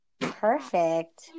Perfect